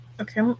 Okay